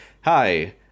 Hi